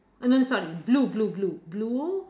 oh no sorry blue blue blue blue